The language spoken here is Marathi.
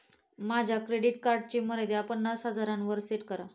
माझ्या क्रेडिट कार्डची मर्यादा पन्नास हजारांवर सेट करा